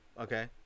Okay